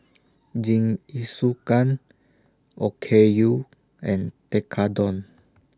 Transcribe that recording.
Jingisukan Okayu and Tekkadon